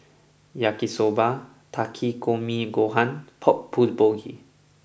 Yaki Soba Takikomi Gohan Pork Bulgogi